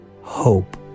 hope